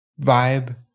vibe